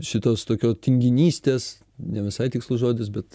šitos tokio tinginystės ne visai tikslus žodis bet